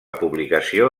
publicació